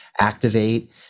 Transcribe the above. activate